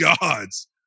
gods